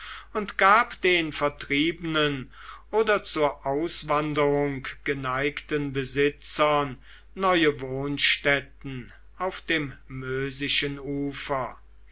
und gab den vertriebenen oder zur auswanderung geneigten besitzern neue wohnstätten auf dem mösischen ufer